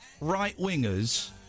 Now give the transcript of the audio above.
right-wingers